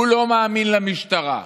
הוא לא מאמין למשטרה,